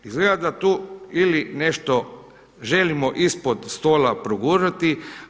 Izgleda da tu ili nešto želimo ispod stola progurati.